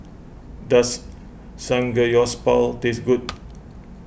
does Samgeyopsal taste good